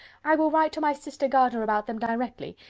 i will write to my sister gardiner about them directly.